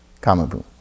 Kamabu